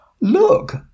look